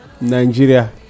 Nigeria